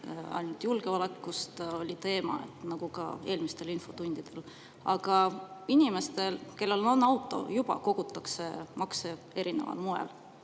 ainult julgeolekust, nagu ka eelmistes infotundides. Aga inimestelt, kellel on auto, juba kogutakse makse erineval moel